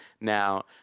Now